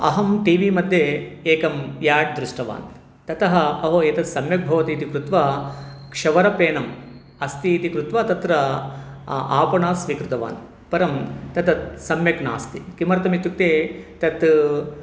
अहं टि विमध्ये एकं याड् दृष्टवान् ततः अहो एतत् सम्यक् भवतीति कृत्वा क्षवरपेणम् अस्तीति कृत्वा तत्र आपणात् स्वीकृतवान् परं तत् सम्यक् नास्ति किमर्थमित्युक्ते तत्